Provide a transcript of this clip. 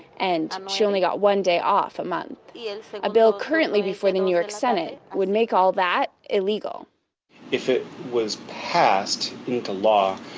and she only got one day off a month. yeah a bill currently before the new york senate would make all that illegal if it was passed into law,